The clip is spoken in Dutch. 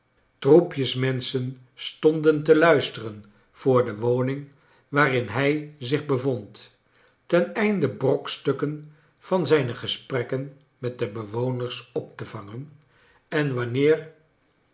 troepjes menschen stonden te luisteren voor de woning waarin hij zich bevond teneinde brokstukken van zijne gesprekkcn met de bewoners op te vangen en wanneer